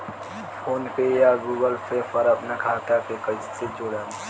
PhonePe या Google Pay पर अपना खाता के कईसे जोड़म?